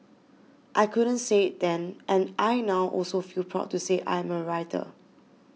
I couldn't say it then and I now also feel proud to say I am a writer